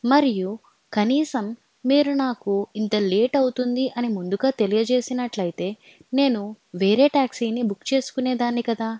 మరియు కనీసం మీరు నాకు ఇంత లేట్ అవుతుంది అని ముందుగా తెలియజేసినట్లయితే నేను వేరే ట్యాక్సీని బుక్ చేసుకునేదాన్ని కదా